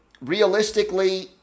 realistically